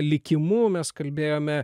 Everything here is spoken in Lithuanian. likimu mes kalbėjome